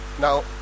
Now